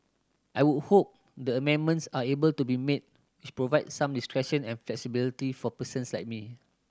I would hope the amendments are able to be made which provide some discretion and flexibility for persons like me